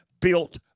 built